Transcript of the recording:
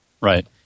Right